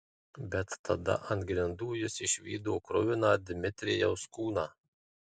bet tada ant grindų jis išvydo kruviną dmitrijaus kūną